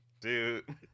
Dude